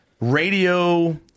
radio